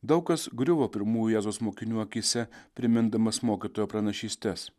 daug kas griuvo pirmųjų jėzaus mokinių akyse primindamas mokytojo pranašystes